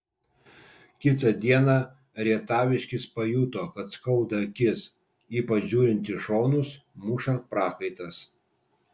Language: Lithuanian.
kitą dieną rietaviškis pajuto kad skauda akis ypač žiūrint į šonus muša prakaitas